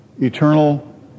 eternal